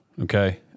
okay